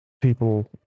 people